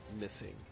Missing